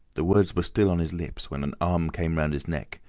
the words were still on his lips, when an arm came round his neck,